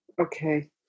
Okay